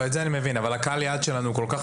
את זה אני מבין אבל קהל היעד שלנו הוא כל כך